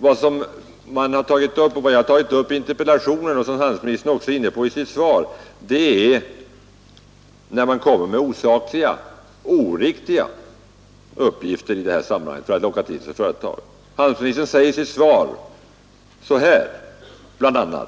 Vad jag tagit upp i min interpellation — även handelsministern är inne på denna sak i sitt svar — är en reaktion mot att osakliga och oriktiga uppgifter lämnas för att locka till sig företag. I sitt svar säger handelsministern bl.a.: